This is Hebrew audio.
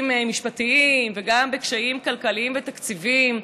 משפטיים וגם בקשיים כלכליים ותקציביים,